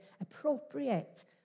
appropriate